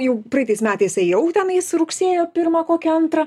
jau praeitais metais ėjau tenais rugsėjo pirmą kokia antrą